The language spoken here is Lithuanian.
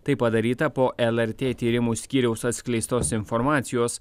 tai padaryta po lrt tyrimų skyriaus atskleistos informacijos